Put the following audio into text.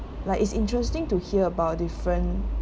like it's interesting to hear about different